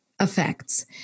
effects